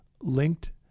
Linked